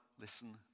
listen